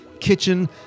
kitchen